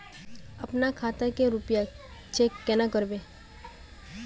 अपना खाता के रुपया चेक केना करबे?